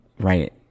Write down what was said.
Right